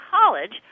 college